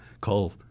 call –